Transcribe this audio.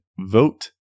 vote